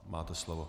Máte slovo.